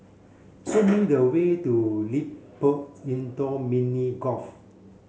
show me the way to LilliPutt Indoor Mini Golf